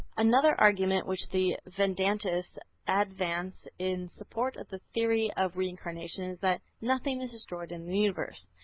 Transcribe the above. another argument which the vedantists advance in support of the theory of reincarnation is that nothing is destroyed in the universe.